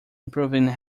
improving